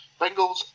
bengals